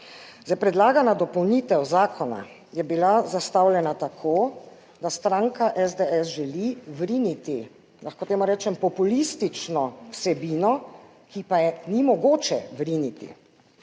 predlagana dopolnitev zakona je bila zastavljena tako, da stranka SDS želi vriniti, lahko temu rečem, populistično vsebino, ki pa je ni mogoče vriniti.